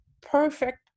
perfect